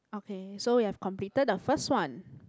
okay so you have completed the first one